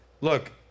Look